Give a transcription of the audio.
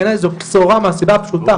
בעיניי זו בשורה מהסיבה הפשוטה.